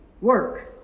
work